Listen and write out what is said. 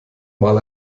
mal